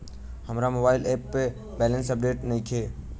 हमार mobile app पर balance update नइखे